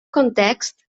context